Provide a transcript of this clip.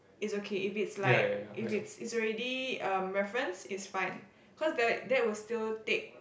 it's okay if it's like if it's it's already erm reference it's fine cause that that will still take